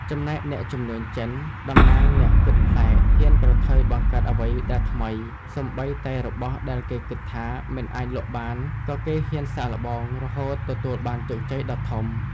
ចំណែកអ្នកជំនួញចិន (តំណាងអ្នកគិតប្លែក) ហ៊ានប្រថុយបង្កើតអ្វីដែលថ្មី សូម្បីតែរបស់ដែលគេគិតថាមិនអាចលក់បាន ក៏គេហ៊ានសាកល្បង រហូតទទួលបានជោគជ័យដ៏ធំ។